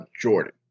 Jordan